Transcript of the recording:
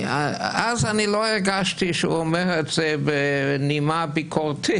אז אני לא הרגשתי שהוא אומר את זה בנימה ביקורתית,